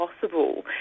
possible